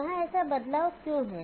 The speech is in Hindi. वहां ऐसा बदलाव क्यों है